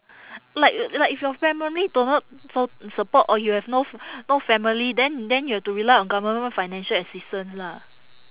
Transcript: like like if your family do not don't support or you have no f~ no family then then you have to rely on government financial assistance lah